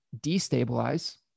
destabilize